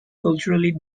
culturally